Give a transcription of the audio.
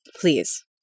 please